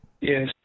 Yes